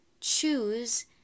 choose